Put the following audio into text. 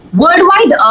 Worldwide